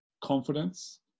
confidence